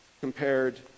compared